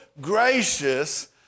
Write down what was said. gracious